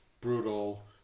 brutal